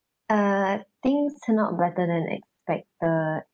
uh things turn out better than expected